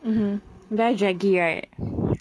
mmhmm very draggy right